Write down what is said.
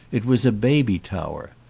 it was a baby tower.